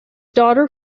daughter